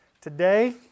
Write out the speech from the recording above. today